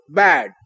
bad